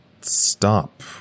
stop